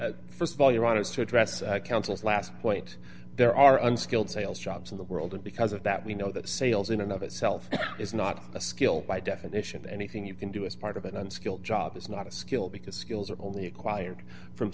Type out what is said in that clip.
st of all you want us to address counsel's last point there are unskilled sales jobs in the world and because of that we know that sales in and of itself is not a skill by definition anything you can do as part of an unskilled job is not a skill because skills are only acquired from